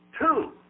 two